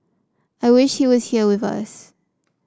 I wish he was here with us